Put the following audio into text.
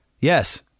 Yes